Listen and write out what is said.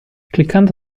cliccando